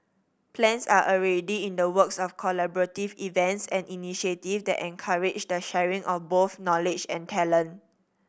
plans are already in the works of collaborative events and initiatives that encourage the sharing of both knowledge and talent